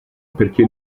perché